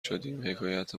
شدیم؟ حکایت